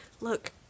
Look